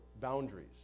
boundaries